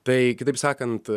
tai kitaip sakant